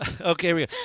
Okay